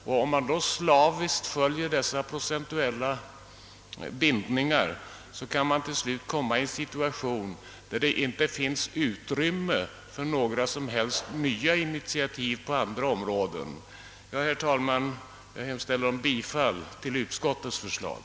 Följer man slaviskt dessa procentuella bindningar kan man till sist råka i en situation där det inte finns utrymme för några som helst nya initiativ på andra områden. Jag hemställer om bifall till utskottets förslag.